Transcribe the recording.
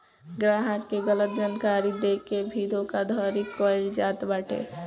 ग्राहक के गलत जानकारी देके के भी धोखाधड़ी कईल जात बाटे